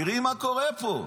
תראי מה קורה פה.